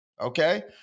Okay